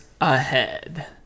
ahead